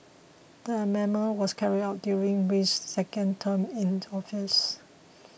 the amendment was carried out during Wee's second term in office